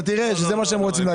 אתה תראה שזה מה שהם רוצים.